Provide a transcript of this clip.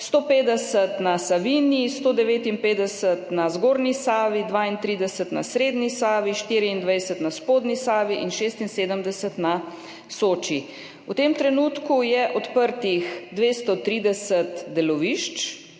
150 na Savinji, 159 na zgornji Savi, 32 na srednji Savi, 24 na spodnji Savi in 76 na Soči. V tem trenutku je odprtih 230 delovišč,